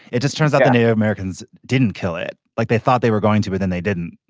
it just turns out the native americans didn't kill it like they thought they were going to but then they didn't.